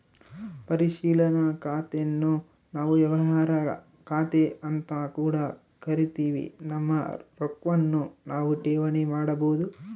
ಪರಿಶೀಲನಾ ಖಾತೆನ್ನು ನಾವು ವ್ಯವಹಾರ ಖಾತೆಅಂತ ಕೂಡ ಕರಿತಿವಿ, ನಮ್ಮ ರೊಕ್ವನ್ನು ನಾವು ಠೇವಣಿ ಮಾಡಬೋದು